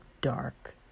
dark